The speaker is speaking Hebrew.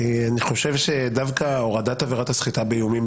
אני חושב שהורדת עבירת הסחיטה באיומים,